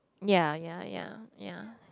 ya ya ya ya